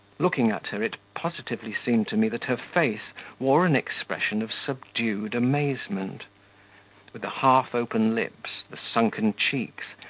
looking at her, it positively seemed to me that her face wore an expression of subdued amazement with the half-open lips, the sunken cheeks,